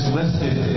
listed